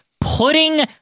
putting